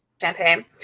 champagne